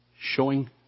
showing